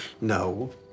No